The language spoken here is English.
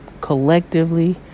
collectively